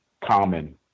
common